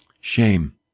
shame